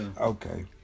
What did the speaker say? Okay